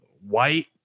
white